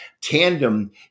Tandem